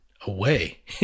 away